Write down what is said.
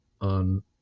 on